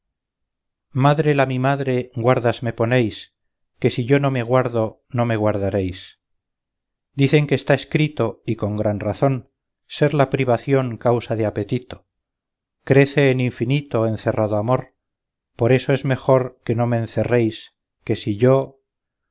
madre la mi madre guardas me ponéis que si yo no me guardo no me guardaréis dicen que está escrito y con gran razón ser la privación causa de apetito crece en infinito encerrado amor por eso es mejor que no me encerréis que si yo